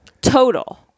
Total